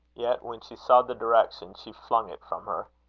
yet, when she saw the direction, she flung it from her.